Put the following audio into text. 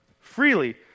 freely